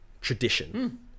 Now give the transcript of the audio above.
tradition